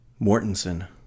Mortensen